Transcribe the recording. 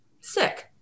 sick